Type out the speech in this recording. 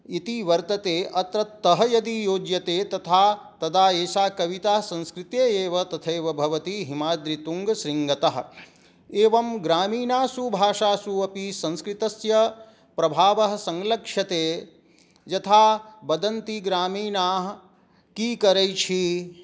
इति वर्तते अत्र तः यदि योज्यते तथा तदा एषा कविता संस्कृते एव तथैव भवति हिमाद्रितुङ्गसृङ्गतः एवं ग्रामीणासु भाषासु अपि संस्कृतस्य प्रभावः संलक्ष्यते यथा वदन्ति ग्रामीणाः कि करैछी